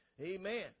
Amen